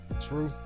true